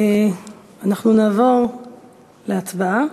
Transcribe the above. אנחנו נעבור להצבעה.